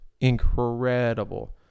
incredible